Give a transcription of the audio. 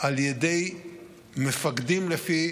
על ידי מפקדים לפי